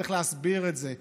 צריך להסביר את זה.